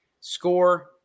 score